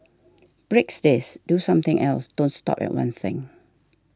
breaks this do something else don't stop at one thing